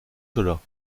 cela